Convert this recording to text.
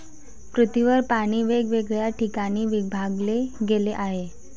पृथ्वीवर पाणी वेगवेगळ्या ठिकाणी विभागले गेले आहे